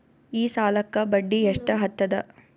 ಈ ಸಾಲಕ್ಕ ಬಡ್ಡಿ ಎಷ್ಟ ಹತ್ತದ?